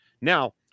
Now